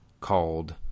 called –